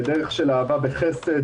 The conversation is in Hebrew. בדרך של אהבה וחסד,